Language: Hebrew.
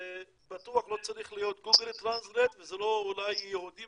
בטוח לא צריך להיות גוגל טרנסלייט וזה לא אולי יהודים